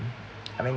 I mean